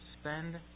Spend